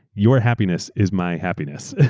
your happiness is my happiness.